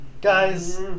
Guys